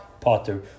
Potter